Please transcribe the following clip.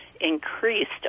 increased